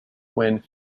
when